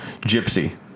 Gypsy